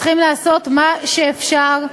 צריכה לעשות מה שאפשר,